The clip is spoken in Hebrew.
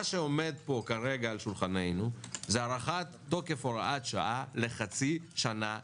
מה שעומד כאן כרגע על שולחננו הוא הארכת תוקף הוראת שעה לחצי שנה בלבד.